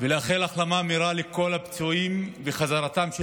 ולאחל החלמה מהירה לכל הפצועים וחזרתם של